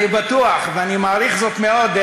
אני בטוח ואני מעריך זאת מאוד,